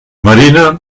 marina